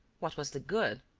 what was the good?